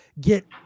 get